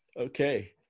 Okay